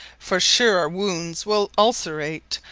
for sure our wounds will ulcerate,